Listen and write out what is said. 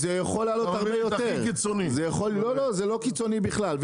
זה יכול לעלות הרבה יותר וזה לא קיצוני בכלל.